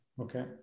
Okay